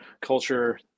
culture